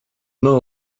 know